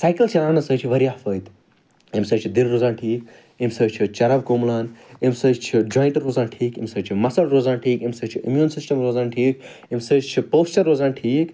cycle چَلاونہٕ سۭتۍ چھِ واریاہ فٲیدٕ اَمہِ سۭتۍ چھُ دِل روزان ٹھیٖک اَمہِ سۭتۍ چھُ چرٕب کُمبلان اَمہِ سۭتۍ چھِ جۄایِنٛٹ روزان ٹھیٖک اَمہِ سۭتۍ چھِ مسٕل روزان ٹھیٖک اَمہِ سۭتۍ چھُ امیٛوٗن سِسٹَم روزان ٹھیٖک اَمہِ سۭتۍ چھُ پوسچَر روزان ٹھیٖک